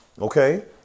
Okay